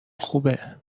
خوبه